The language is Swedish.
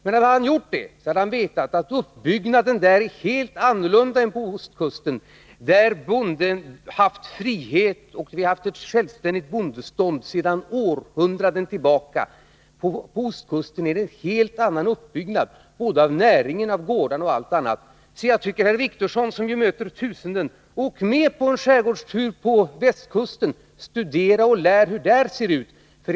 Men hade han gjort det hade han vetat att uppbyggnaden på västkusten är helt annorlunda än på ostkusten, där bonden har haft frihet och vi har haft ett självständigt bondestånd sedan århundraden tillbaka. På ostkusten är det en helt annan uppbyggnad både av näringen, av gårdar och annat än det är på västkusten. Men, herr Wictorsson — som möter tusenden — åk ned och gör en skärgårdstur på västkusten! Studera och lär hur där ser ut!